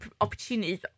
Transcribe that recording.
opportunities